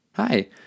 Hi